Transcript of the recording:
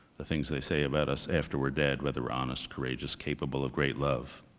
the things they say about us after we're dead. whether we're honest, courageous, capable of great love.